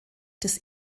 des